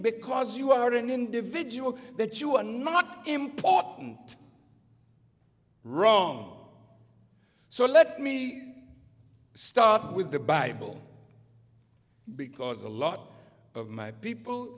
because you are an individual that you are not important wrong so let me stop with the bible because a lot of my people